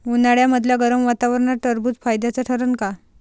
उन्हाळ्यामदल्या गरम वातावरनात टरबुज फायद्याचं ठरन का?